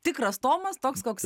tikras tomas toks koks